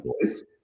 boys